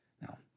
Now